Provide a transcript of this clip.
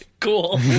Cool